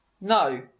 No